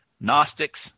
Gnostics